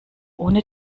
ohne